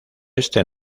este